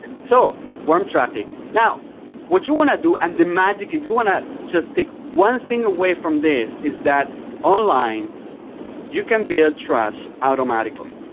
so warm traffic, now what you want to do, and the magic, if you want to just take one thing away from this is that online you can build trust automatically.